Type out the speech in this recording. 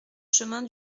chemin